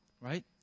right